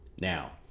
Now